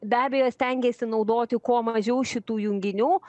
be abejo stengiasi naudoti kuo mažiau šitų junginių